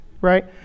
right